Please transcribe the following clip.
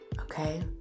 okay